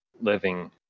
living